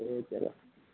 एह् खरा